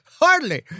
Hardly